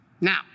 Now